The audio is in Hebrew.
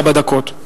ארבע דקות.